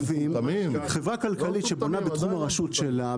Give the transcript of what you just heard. חברה כלכלית שבונה בתחום הרשות שלה,